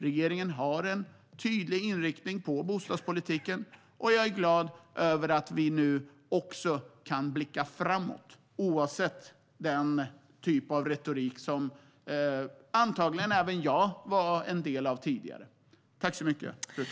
Regeringen har en tydlig inriktning på bostadspolitiken, och jag är glad att vi nu kan blicka framåt trots den typ av retorik som antagligen även jag tidigare var en del av.